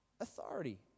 authority